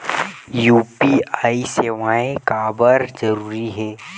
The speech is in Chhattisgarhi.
यू.पी.आई सेवाएं काबर जरूरी हे?